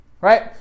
right